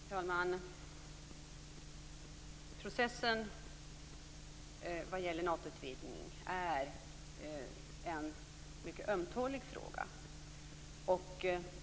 Herr talman! Processen vad gäller Natoutvidgningen är en mycket ömtålig fråga.